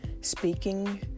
speaking